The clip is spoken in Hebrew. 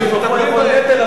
בעמוד 16,